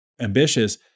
ambitious